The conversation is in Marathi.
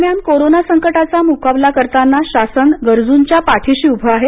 दरम्यान कोरोना संकटाचा म्काबला करताना शासन गरजूंच्या पाठिशी उभे आहे